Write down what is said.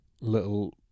little